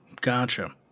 Gotcha